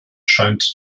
scheint